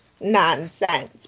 Nonsense